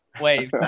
Wait